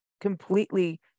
completely